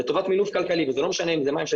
לטובת מינוף כלכלי וזה לא משנה אם אלה מים של